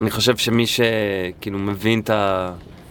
אני חושב שמי שכאילו מבין את ה...